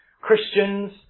Christians